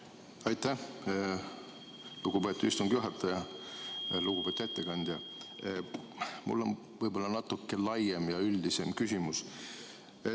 Aitäh, lugupeetud istungi juhataja! Lugupeetud ettekandja! Mul on natuke laiem ja üldisem küsimus.